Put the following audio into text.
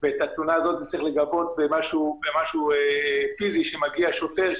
ואת התלונה הזאת צריך לגבות במשהו פיזי - שמגיע שוטר,